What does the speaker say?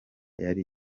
yari